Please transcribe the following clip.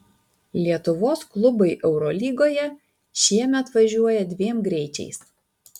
lietuvos klubai eurolygoje šiemet važiuoja dviem greičiais